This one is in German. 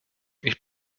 ich